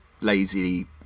lazy